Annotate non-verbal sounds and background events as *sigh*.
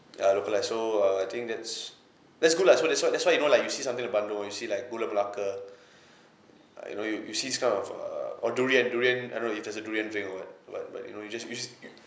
ya localised so err I think that's that's good lah so that's why that's why you know like you see something like bandung you see like gula melaka *breath* uh you know you you see these kind of err or durian durian I don't know if there's a durian drink or what but but you know you just you just you